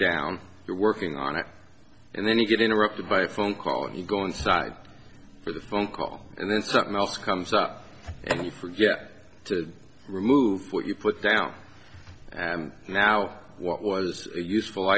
there working on it and then you get interrupted by a phone call and you go inside for the phone call and then something else comes up and you forget to remove what you put down and now what was a useful